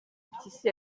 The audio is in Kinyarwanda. mpyisi